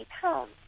pounds